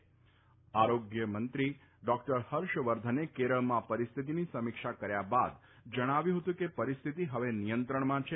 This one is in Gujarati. કેન્દ્રિય આરોગ્યમંત્રી ડૉક્ટર હર્ષવર્ધને કેરળમાં પરિસ્થિતિની સમીક્ષા કર્યા બાદ જણાવ્યું હતું કે પરિસ્થિતિ હવે નિયમંત્રણમાં છે